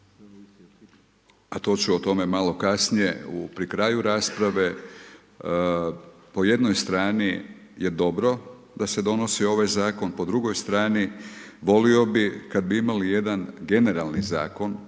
a to ću o tome malo kasnije pri kraju rasprave. Po jednoj strani je dobro da se donosi ovaj zakon, po drugoj strani, volio bih kada bi imali jedan generalni zakon